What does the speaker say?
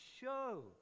show